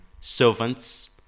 servants